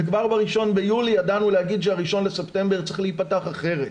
וכבר ב-1 ליולי ידענו להגיד שה-1 לספטמבר צריך להיפתח אחרת.